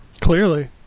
Clearly